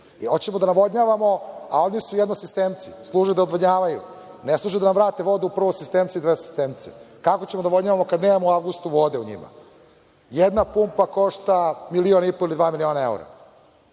Hoćemo da navodnjavamo, a oni su jednosistemci, služe da odvodnjavaju, ne služe da nam vrate vodu u prvosistemce i drugosistemce. Kako ćemo da navodnjavamo kada nemamo u avgustu vode u njima? Jedna pumpa košta milion i po ili dva miliona